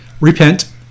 repent